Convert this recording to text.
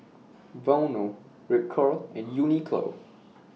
Vono Ripcurl and Uniqlo